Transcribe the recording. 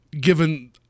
given